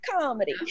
comedy